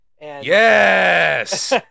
Yes